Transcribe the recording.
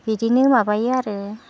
बिदिनो माबायो आरो